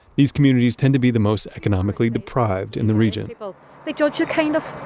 these communities tend to be the most economically deprived in the region but they judge you kind of.